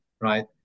right